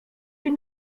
une